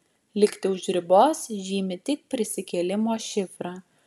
likti už ribos žymi tik prisikėlimo šifrą